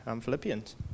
Philippians